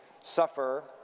suffer